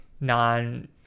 non